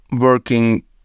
working